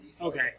Okay